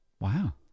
Wow